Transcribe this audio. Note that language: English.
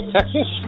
Texas